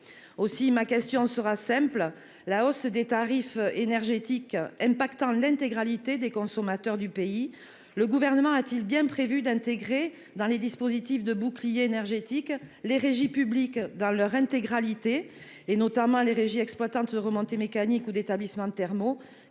Aussi ma question sera simple, la hausse des tarifs énergétiques impactant l'intégralité des consommateurs du pays. Le gouvernement a-t-il bien prévu d'intégrer dans les dispositifs de bouclier énergétique les régies publiques dans leur intégralité et notamment les régies exploitant de remontées mécaniques ou d'établissements thermaux